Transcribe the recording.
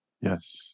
yes